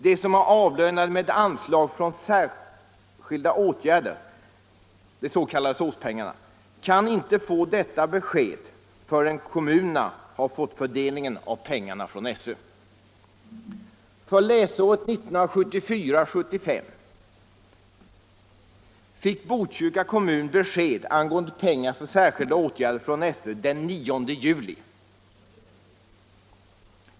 De som är avlönade med pengar från anslaget för särskilda åtgärder, de s.k. SÅS pengarna, kan inte erhålla detta besked förrän kommunerna har fått fördelningen av pengarna från SÖ. För läsåret 1974/75 fick Botkyrka kommun den 9 juli besked angående pengar för särskilda åtgärder från SÖ.